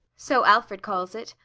so alfred calls it.